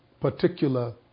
particular